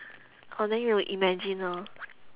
orh then you will imagine lor